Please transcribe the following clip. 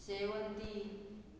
शेवंती